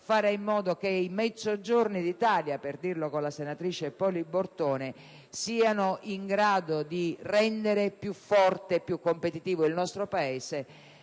fare in modo che i mezzogiorni d'Italia, (per dirla con la senatrice Poli Bortone) siano in grado di rendere più forte e più competitivo il nostro Paese.